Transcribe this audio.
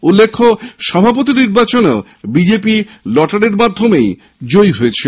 উল্লেখ্য সভাপতি নির্বাচনেও বিজেপি লটারির মাধ্যমেই জয়ী হয়েছিল